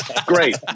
great